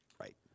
Right